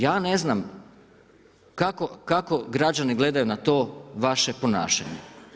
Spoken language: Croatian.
Ja ne znam kako građani gledaju na to vaše ponašanje.